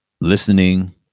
listening